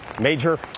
major